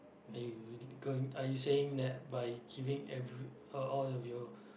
are you g~ going are you saying that by giving every all all of your